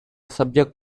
subject